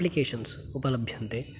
applications उपलभ्यन्ते